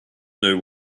know